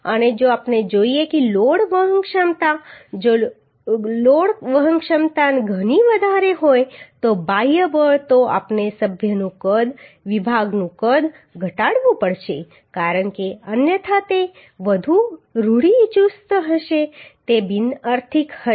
અને જો આપણે જોઈએ કે લોડ વહન ક્ષમતા જો લોડ વહન ક્ષમતા ઘણી વધારે હોય તો બાહ્ય બળ તો આપણે સભ્યનું કદ વિભાગનું કદ ઘટાડવું પડશે કારણ કે અન્યથા તે વધુ રૂઢિચુસ્ત હશે તે બિનઆર્થિક હશે